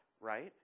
right